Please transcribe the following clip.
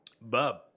Bub